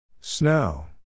Snow